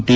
T